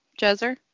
Jezzer